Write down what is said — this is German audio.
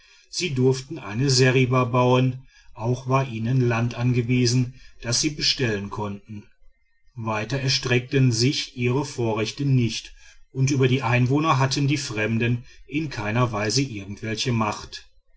sie durften eine seriba bauen auch war ihnen land angewiesen das sie bestellen konnten weiter erstreckten sich ihre vorrechte nicht und über die einwohner hatten die fremden in keiner weise irgendwelche macht